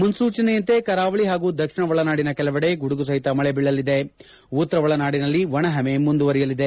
ಮುನ್ನೂಚನೆಯಂತೆ ಕರಾವಳಿ ಹಾಗೂ ದಕ್ಷಿಣ ಒಳನಾಡಿನ ಕೆಲವೆಡೆ ಗುಡುಗುಸಹಿತ ಮಳೆ ಬೀಳಲಿದೆ ಉತ್ತರ ಒಳನಾಡಿನಲ್ಲಿ ಒಣಹವೆ ಮುಂದುವರೆಯಲಿದೆ